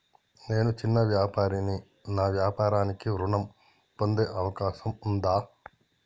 నేను చిన్న వ్యాపారిని నా వ్యాపారానికి ఋణం పొందే అవకాశం ఉందా?